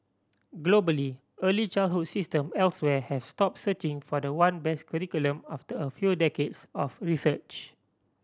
globally early childhood system elsewhere have stop searching for the one best curriculum after a few decades of research